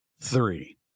three